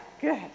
good